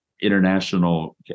international